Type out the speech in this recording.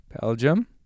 Belgium